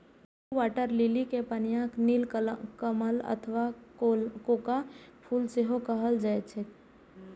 blue water lily कें पनिया नीलकमल अथवा कोका फूल सेहो कहल जाइ छैक